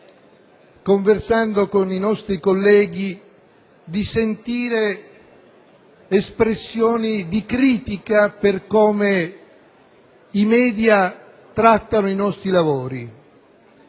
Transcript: conversando con i nostri colleghi, di sentire espressioni di critica per come i *media* trattano i nostri lavori;